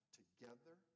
together